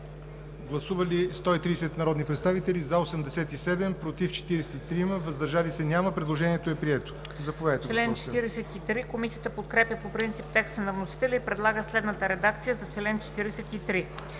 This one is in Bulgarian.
Гласували 143 народни представители: за 105, против 38, въздържали се няма. Предложението е прието.